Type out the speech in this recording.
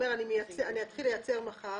הוא אומר: אתחיל לייצר מחר,